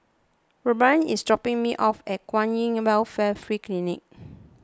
Robyn is dropping me off at Kwan in Welfare Free Clinic